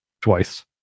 twice